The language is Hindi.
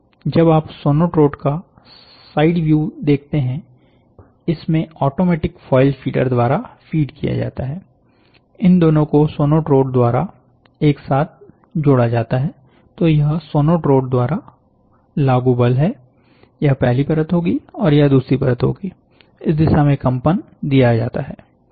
जब आप सोनोट्रोड का साइड व्यू देखते हैं इसमें ऑटोमेटिक फॉयल फीडर द्वारा फीड किया जाता है इन दोनों को सोनोट्रोड द्वारा एक साथ जोड़ा जाता है तो यह सोनोट्रोड द्वारा लागू बल है यह पहली परत होगी और यह दूसरी परत होगी इस दिशा में कंपन दिया जाता है